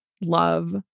love